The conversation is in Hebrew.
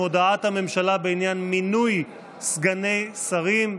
הודעת הממשלה בעניין מינוי סגני שרים.